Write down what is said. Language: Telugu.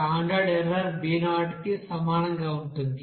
స్టాండర్డ్ ఎర్రర్ b0 కి సమానంగా ఉంటుంది